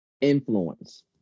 influence